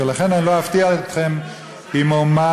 ולכן אני לא אפתיע אתכם אם אומר,